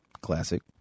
classic